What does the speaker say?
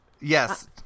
Yes